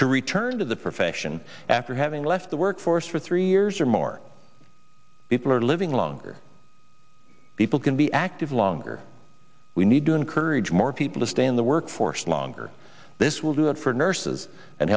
to return to the profession after having left the workforce for three years or more people are living longer people can be active longer we need to encourage more people to stay in the workforce longer this will do it for nurses and